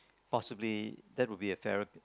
possibly that would be a fairer